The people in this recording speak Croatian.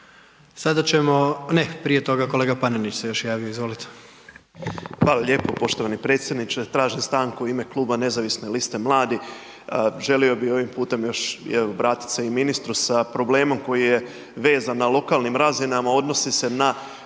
Sada ćemo, ne, prije toga kolega Panenić se još javio, izvolite. **Panenić, Tomislav (Nezavisni)** Hvala lijepo poštovani predsjedniče. Tražim stanku u ime Kluba Nezavisne liste mladih, želio bih ovim putem još evo i obratiti se ministru sa problemom koji je vezan na lokalnim razinama, odnosi se na